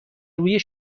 روی